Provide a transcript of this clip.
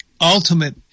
ultimate